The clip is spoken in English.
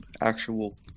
actual